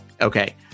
Okay